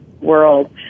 world